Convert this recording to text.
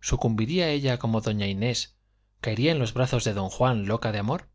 sucumbiría ella como doña inés caería en los brazos de don juan loca de amor